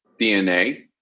DNA